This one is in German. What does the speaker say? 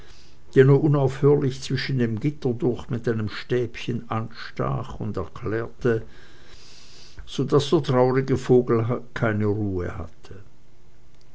unaufhörlich zwischen dem gitter durch mit einem stäbchen anstach und erklärte so daß der traurige vogel keine ruhe hatte